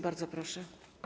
Bardzo proszę.